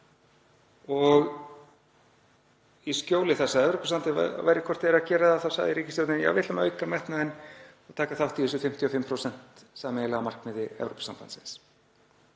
og í skjóli þess að Evrópusambandið væri hvort eð er að gera þetta þá sagði ríkisstjórnin: Við ætlum að auka metnaðinn og taka þátt í þessu 55% sameiginlega markmiði Evrópusambandsins.